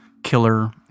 killer